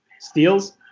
Steals